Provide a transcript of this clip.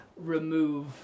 remove